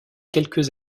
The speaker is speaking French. quelques